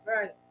Right